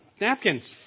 napkins